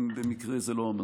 במקרה זה לא המצב.